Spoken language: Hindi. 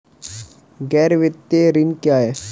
गैर वित्तीय ऋण क्या है?